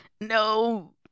no